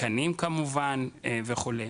תקנים כמובן וכולי.